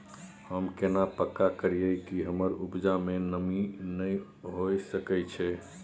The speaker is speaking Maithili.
हम केना पक्का करियै कि हमर उपजा में नमी नय होय सके छै?